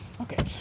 okay